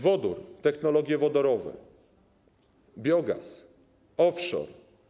Wodór, technologie wodorowe, biogaz, offshore.